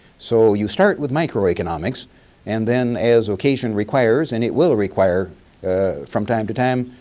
so you start with micro economics and then as occasion requires and it will require from time to time,